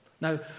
Now